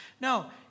No